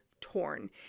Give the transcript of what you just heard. torn